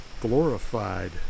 Glorified